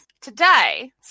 today